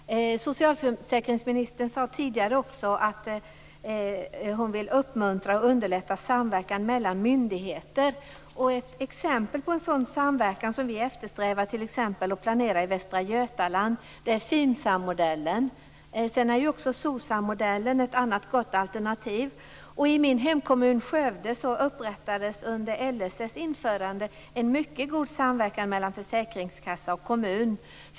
Socialförsäkringsministern sade tidigare att hon vill uppmuntra och underlätta samverkan mellan myndigheter. Ett exempel på en sådan samverkan som vi eftersträvar och planerar i Västra Götaland är FINSAM-modellen. SOCSAM-modellen är ett annat gott alternativ. I min hemkommun Skövde upprättades under LSS-införandet en mycket god samverkan mellan försäkringskassa och kommun.